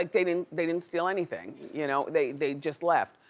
like they didn't they didn't steal anything, you know they they just left.